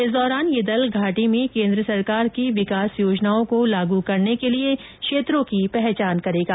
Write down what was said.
इस दौरान यह दल घाटी में केन्द्र सरकार की विकास योजनाओं को लागू करने के लिए क्षेत्रों की पहचान करेगा